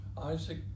isaac